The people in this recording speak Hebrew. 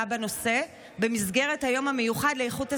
בנושא במסגרת היום המיוחד לאיכות הסביבה.